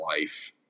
life